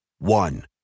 One